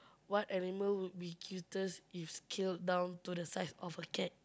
what animal would be cutest if scaled down to the size of a cat